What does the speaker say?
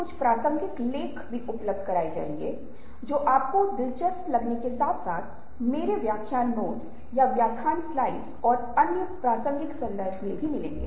सहानुभूति की विभिन्न विशेषताएं क्या हैं अधिक समानुभूति बनने के लिए कौन सी आदतें को समझे और उसके साथ हम इस विशेष वार्ता को समाप्त करेंगे